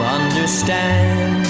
understand